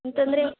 ಅಂತಂದರೆ